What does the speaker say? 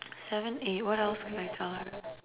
seven A what else can I tell her